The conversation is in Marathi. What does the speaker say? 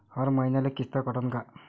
हर मईन्याले किस्त कटन का?